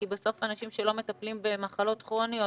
כי בסוף שאנשים לא מטפלים במחלות כרוניות,